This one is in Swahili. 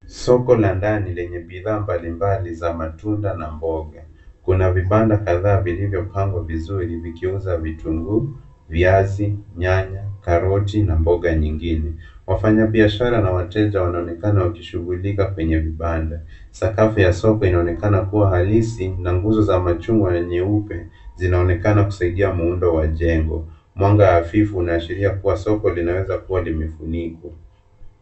Soko la ndani lina bidhaa mbalimbali za matunda na mboga. Kuna vibanda kadhaa vilivyopangwa vizuri vikiuza vitunguu, viazi, nyanya, karoti, na mboga nyingine. Wafanya biashara na wateja wanaonekana wakishughulika kwenye vibanda. Sakafu ya soko inaonekana kuwa halisi, na nguzo za machungwa na nyeupe. Zinaonekana kusaidia muundo wa jengo. Mwanga hafifu unashiria kuwa soko linaweza kuwa limefunikwa.